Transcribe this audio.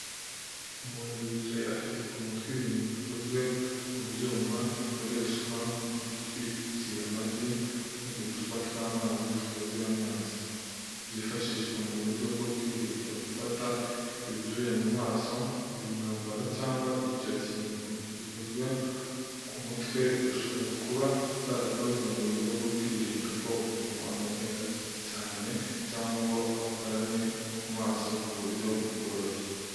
Umuntu yicaye, afite ku mutwe ibintu bikozwe mu byuma bikoreshwa mu gutwikira amagi n’uducupa tw’amazi twuzuye amazi, byifashishijwe mu buryo bwo kwirinda gufata ibyuya mu maso, uyu mwambaro cyangwa icyo kintu gikoze ku mutwe gishobora kuba cyarakozwe mu buryo bwo kwirinda ko umuntu ahumeka cyane cyangwa ngo akorane ku maso ku buryo bworoshye.